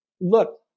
look